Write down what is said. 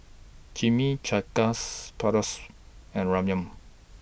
Chimichangas Bratwurst and Ramyeon